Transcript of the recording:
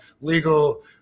legal